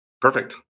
Perfect